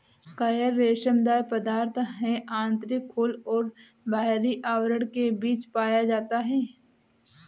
coir रेशेदार पदार्थ है आंतरिक खोल और बाहरी आवरण के बीच पाया जाता है